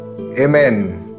Amen